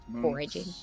Foraging